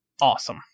awesome